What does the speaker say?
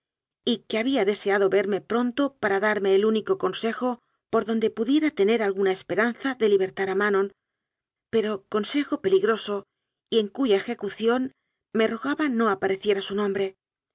y que había deseado verme pronto para darme el único consejo por donde pudiera tener alguna es peranza de libertar a manon pero consejo peli groso y en cuya ejecución me rogaba no apare ciera su nombre